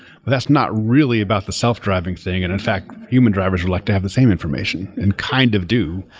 but that's not really about the self-driving thing. and in fact, human drivers would like to have the same information and kind of do.